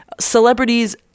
celebrities